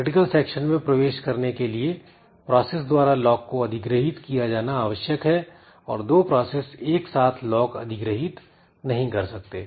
critical section में प्रवेश करने के लिए प्रोसेस द्वारा लॉक को अधिग्रहीत किया जाना आवश्यक है और दो प्रोसेस एक साथ लॉक अधिग्रहीत नहीं कर सकते